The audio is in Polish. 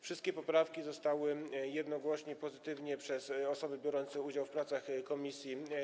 Wszystkie poprawki zostały zaopiniowane jednogłośnie pozytywnie przez osoby biorące udział w pracach komisji.